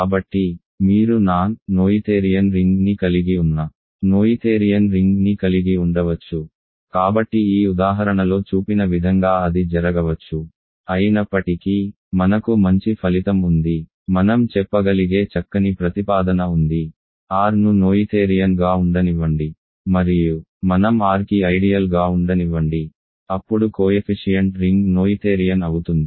కాబట్టి మీరు non Noetherian రింగ్ని కలిగి ఉన్న నోయిథేరియన్ రింగ్ని కలిగి ఉండవచ్చు కాబట్టి ఈ ఉదాహరణలో చూపిన విధంగా అది జరగవచ్చు అయినప్పటికీ మనకు మంచి ఫలితం ఉంది మనం చెప్పగలిగే చక్కని ప్రతిపాదన ఉంది R ను నోయిథేరియన్ గా ఉండనివ్వండి మరియు మనం Rకి ఐడియల్ గా ఉండనివ్వండి అప్పుడు కోయెఫిషియంట్ రింగ్ నోయిథేరియన్ అవుతుంది